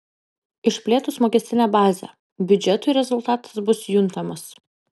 išplėtus mokestinę bazę biudžetui rezultatas bus juntamas